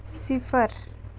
सिफर